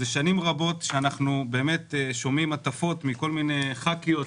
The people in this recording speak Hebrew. שנים רבות שאנחנו שומעים הטפות מכל מיני ח"כיות,